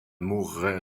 mourrait